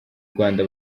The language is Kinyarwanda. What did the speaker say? rwanda